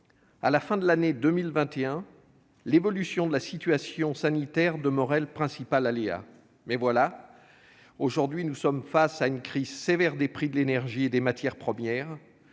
À la fin de l'année 2021, l'évolution de la situation sanitaire demeurait le principal aléa. Mais voilà, nous faisons face aujourd'hui à une crise sévère des prix de l'énergie et des matières premières.